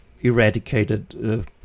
eradicated